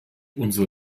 unser